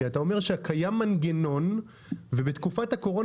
כי אתה אומר שקיים מנגנון ובתקופת הקורונה